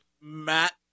Matt